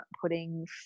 putting